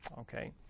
Okay